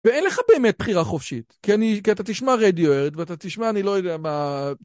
ואין לך באמת בחירה חופשית, כי אני... כי אתה תשמע רדיוארד ואתה תשמע אני לא יודע מה...